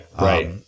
Right